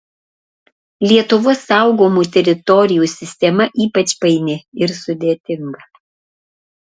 lietuvos saugomų teritorijų sistema ypač paini ir sudėtinga